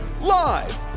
Live